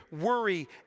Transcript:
worry